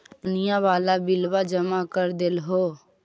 लोनिया वाला बिलवा जामा कर देलहो?